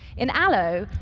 in allo,